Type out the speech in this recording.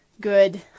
good